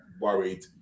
worried